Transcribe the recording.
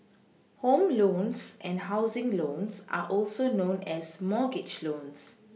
home loans and housing loans are also known as mortgage loans